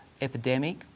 epidemic